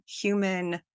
human